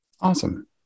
awesome